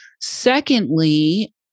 Secondly